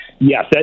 Yes